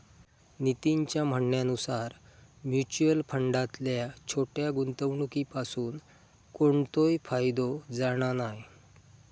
नितीनच्या म्हणण्यानुसार मुच्युअल फंडातल्या छोट्या गुंवणुकीपासून कोणतोय फायदो जाणा नाय